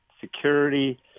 security